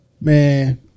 Man